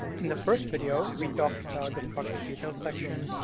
in the first video, we talked about the project details section,